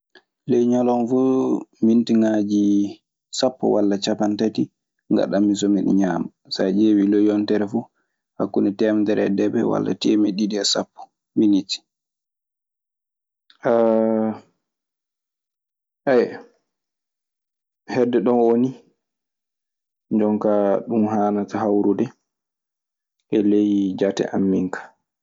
Ley nialowma fu minitigaji sapo wala ciapantati gadammi so mi ɗo ŋaama. Sa diewi ley yontere fu hakunde temedere e deebe e temediɗɗi e sapo miniti. Maa sahaatuji hono mbiy ni ene ɓura ɗon, jeetati en, sahaatuji aɗa yaha toon du.